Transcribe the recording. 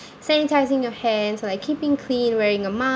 sanitising your hands like keeping clean wearing a mask